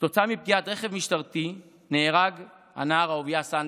כתוצאה מפגיעת רכב משטרתי נהרג הנער אהוביה סנדק,